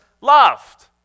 loved